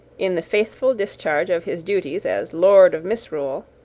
in the faithful discharge of his duties as lord of misrule,